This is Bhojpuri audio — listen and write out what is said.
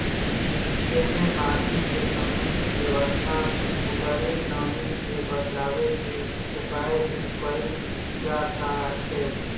एमे माटी के समुचित व्यवस्था अउरी नमी के बाचावे के उपाय भी कईल जाताटे